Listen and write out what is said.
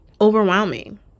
overwhelming